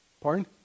Pardon